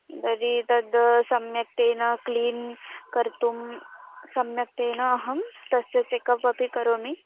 यदि तद् सम्यक्तेन क्लीन् कर्तुं सम्यक्तेन अहं तस्य चेकपपि करोमि